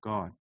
God